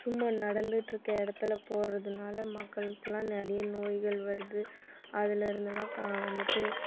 சும்மா நடந்துகிட்ருக்க இடத்துல போடுறதுனால மக்களுக்கெலாம் நிறைய நோய்கள் வருது அதில் இருந்தெலாம் கா வந்துட்டு